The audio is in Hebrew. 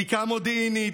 בדיקה מודיעינית,